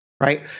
right